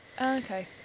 Okay